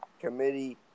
committee